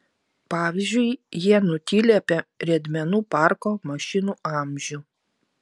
pavyzdžiui jie nutyli apie riedmenų parko mašinų amžių